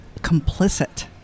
complicit